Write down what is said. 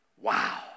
Wow